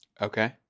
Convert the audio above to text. Okay